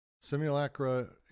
simulacra